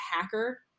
hacker